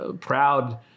proud